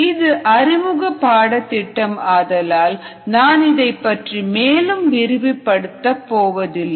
இது அறிமுக பாடதிட்டம் ஆதலால் நான் இதைப் பற்றி மேலும் விரிவுபடுத்த போவதில்லை